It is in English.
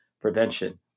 Prevention